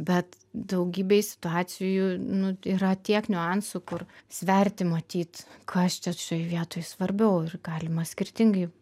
bet daugybėj situacijų nu yra tiek niuansų kur sverti matyt kas čia šioj vietoj svarbiau ir galima skirtingai